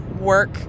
work